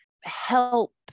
help